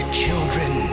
children